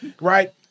Right